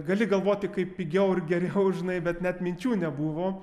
gali galvoti kaip pigiau ir geriau žinai bet net minčių nebuvo